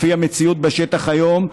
לפי המציאות בשטח היום,